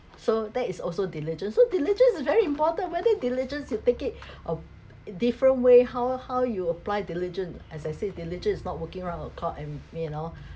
so that is also diligence so diligence is very important whether diligence you take it a different way how how you apply diligence as I said diligence is not working round the clock and you know